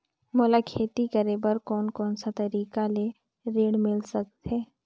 मोला खेती करे बर कोन कोन सा तरीका ले ऋण मिल सकथे?